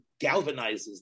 galvanizes